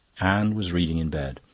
anne was reading in bed.